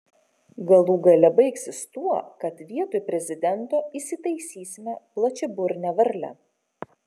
galų gale baigsis tuo kad vietoj prezidento įsitaisysime plačiaburnę varlę